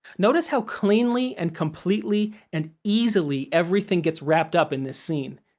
notice how cleanly and completely and easily everything gets wrapped up in this scene.